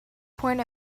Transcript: point